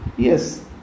Yes